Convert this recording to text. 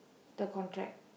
the contract